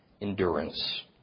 endurance